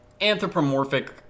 anthropomorphic